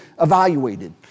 evaluated